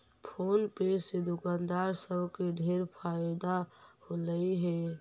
phone पे से दुकानदार सब के ढेर फएदा होलई हे